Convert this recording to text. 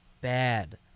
bad